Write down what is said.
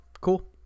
Cool